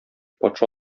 патша